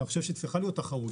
אני חושב שצריכה להיות תחרות.